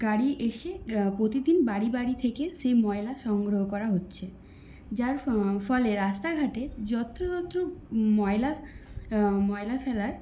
গাড়ি এসে প্রতিদিন বাড়ি বাড়ি থেকে সেই ময়লা সংগ্রহ করা হচ্ছে যার ফলে রাস্তাঘাটে যত্রতত্র ময়লা ময়লা ফেলার